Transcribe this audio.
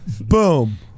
Boom